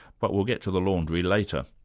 but we'll get to the laundry later.